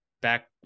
back